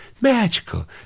magical